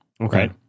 Okay